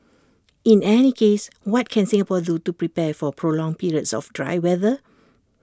in any case what can Singapore do to prepare for prolonged periods of dry weather